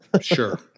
Sure